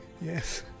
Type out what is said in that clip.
yes